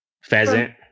Pheasant